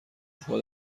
اروپا